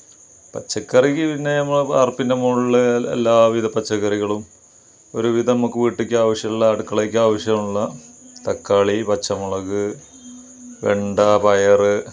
പച്ചക്കറിക്ക് പിന്നെ നമ്മൾ വാര്പ്പിന്റെ മുകളിൽ എല്ലാവിധ പച്ചക്കറികളും ഒരു വിധമൊക്കെ വീട്ടിലേക്ക് ആവാശ്യമുള്ള അടുക്കളക്ക് ആവശ്യമുള്ള തക്കാളി പച്ചമുളക് വെണ്ട പയർ